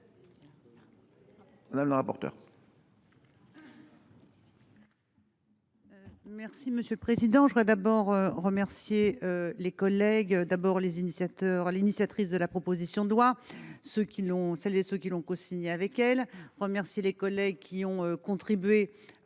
Mme la rapporteure.